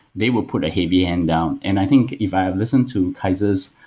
they will put a heavy hand down. and i think if i listen to kaiser s,